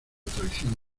traición